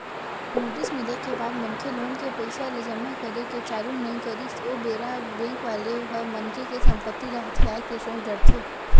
notice मिले के बाद मनखे लोन ले पइसा ल जमा करे के चालू नइ करिस ओ बेरा बेंक वाले ह मनखे के संपत्ति ल हथियाये के सोच डरथे